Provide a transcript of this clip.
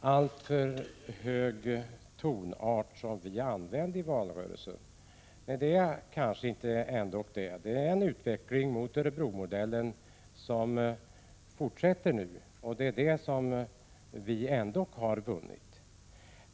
alltför hög tonart i valrörelsen. Men det kanske inte är riktigt. Det pågår en utveckling mot Örebromodellen, och vi har alltså ändå vunnit något.